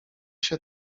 się